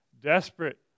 desperate